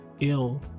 ill